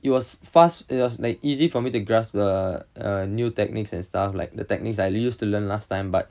it was fast it was like easy for me to grasp the new uh techniques and stuff like the techniques that I used to learn last time but